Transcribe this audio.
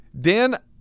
Dan